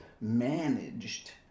managed